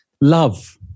love